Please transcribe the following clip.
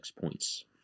points